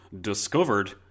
discovered